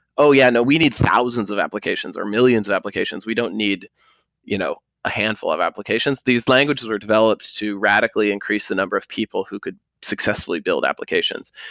oh, yeah. we need thousands of applications or millions of applications. we don't need you know a handful of applications. these languages were developed to radically increase the number of people who could successfully build applications.